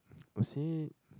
I would said